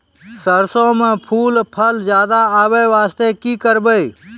सरसों म फूल फल ज्यादा आबै बास्ते कि करबै?